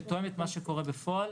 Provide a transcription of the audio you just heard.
שתואם את מה שקורה בפועל